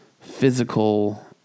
physical